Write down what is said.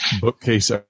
bookcase